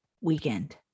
weekend